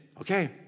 okay